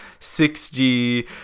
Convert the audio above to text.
6G